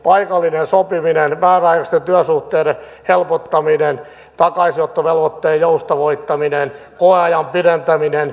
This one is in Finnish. paikallinen sopiminen määräaikaisten työsuhteiden helpottaminen takaisinottovelvoitteen joustavoittaminen koeajan pidentäminen lomalla sairastamisesta omavastuun palauttaminen